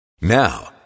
Now